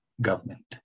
government